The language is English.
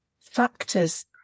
factors